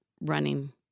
running